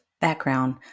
background